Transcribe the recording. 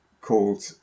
called